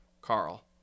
Carl